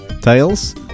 Tails